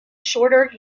shorter